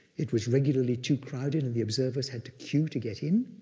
it was regularly too crowded and the observers had to queue to get in,